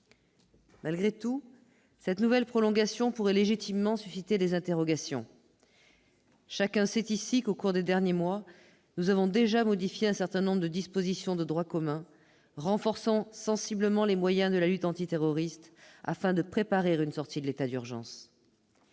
Malgré tout, cette nouvelle prolongation pourrait légitimement susciter des interrogations. Chacun sait ici qu'au cours des derniers mois nous avons déjà modifié un certain nombre de dispositions de droit commun renforçant sensiblement les moyens de la lutte antiterroriste afin de préparer une sortie de l'état d'urgence.